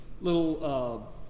little